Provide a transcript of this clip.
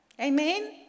Amen